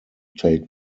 take